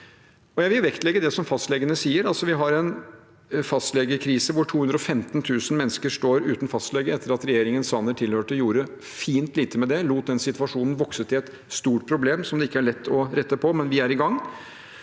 Jeg vil vektlegge det som fastlegene sier. Vi har en fastlegekrise hvor 215 000 mennesker står uten fastlege, etter at regjeringen Sanner tilhørte, gjorde fint lite med det. De lot den situasjonen vokse til et stort problem som det ikke er lett å rette på, men vi er i gang.